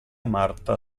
marta